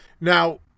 now